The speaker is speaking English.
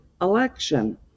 election